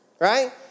right